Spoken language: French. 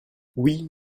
oui